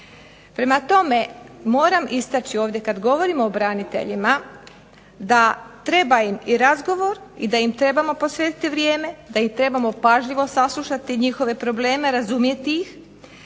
Prema tome, moram istaći ovdje kada govorimo o braniteljima da im treba razgovor i da im treba posvetiti vrijeme, da ih trebamo pažljivo saslušati i njihove probleme razumjet,